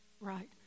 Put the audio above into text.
Right